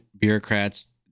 bureaucrats